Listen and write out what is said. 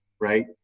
right